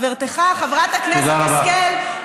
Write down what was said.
חברתך חברת הכנסת השכל,